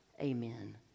amen